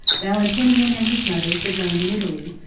valentinian and his mother should land in italy,